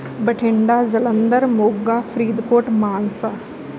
Bathinda Jalandhar Moga Faridkot Mansa